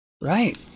Right